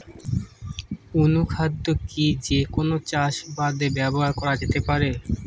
অনুখাদ্য কি যে কোন চাষাবাদে ব্যবহার করা যেতে পারে?